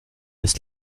ist